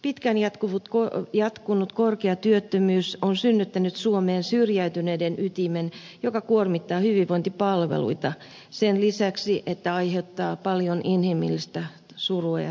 pitkään jatkunut korkea työttömyys on synnyttänyt suomeen syrjäytyneiden ytimen joka kuormittaa hyvinvointipalveluita sen lisäksi että aiheuttaa paljon inhimillistä surua ja tuskaa